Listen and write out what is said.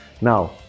now